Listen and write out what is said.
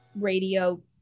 radio